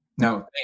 No